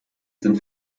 sind